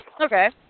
Okay